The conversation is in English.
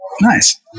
Nice